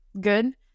good